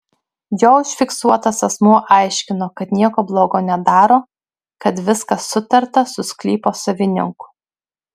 jo užfiksuotas asmuo aiškino kad nieko blogo nedaro kad viskas sutarta su sklypo savininku